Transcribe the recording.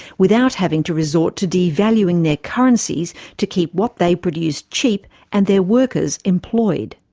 without having to resort to devaluing their currencies to keep what they produced cheap and their workers employed.